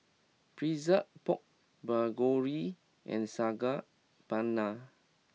Pretzel Pork Bulgogi and Saag Paneer